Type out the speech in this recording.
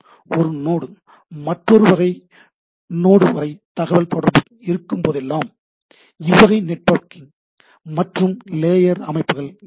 ஒரு நோடு இருந்து மற்றொரு நோடூ வரை தகவல் தொடர்பு இருக்கும்போதெல்லாம் இவ்வகை நெட்வொர்க்கிங் மற்றும் லேயர் அமைப்புகள் இருக்கும்